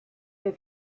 der